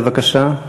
בבקשה.